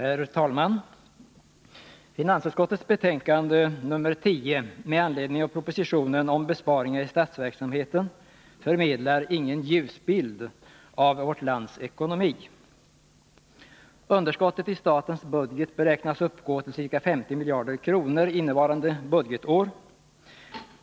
Herr talman! Finansutskottets betänkande nr 10 med anledning av propositionen om besparingar i statsverksamheten förmedlar ingen ljus bild av vårt lands ekonomi. Underskottet i statens budget beräknas uppgå till ca 50 miljarder kronor innevarande budgetår.